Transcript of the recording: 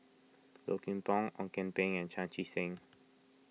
Low Kim Pong Ong Kian Peng and Chan Chee Seng